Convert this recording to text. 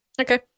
Okay